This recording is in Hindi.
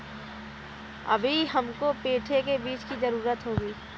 अभी हमको पेठे के बीज की जरूरत होगी